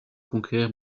conquérir